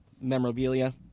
memorabilia